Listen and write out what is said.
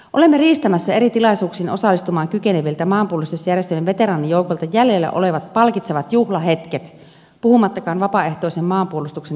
olemme riistämässä eri tilaisuuksiin osallistumaan kykeneviltä maanpuolustusjärjestöjen veteraanijoukoilta jäljellä olevat palkitsevat juhlahetket puhumattakaan vapaaehtoisen maanpuolustuksen järjestöistä